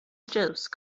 jose